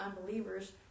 unbelievers